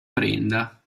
prenda